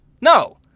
No